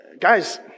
Guys